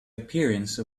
appearance